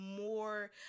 more